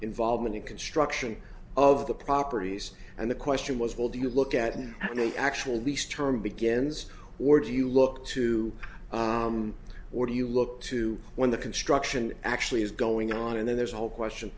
involvement in construction of the properties and the question was will do you look at an actual lease term begins or do you look to where do you look to when the construction actually is going on and then there's a whole question